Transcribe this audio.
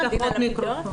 לפידות,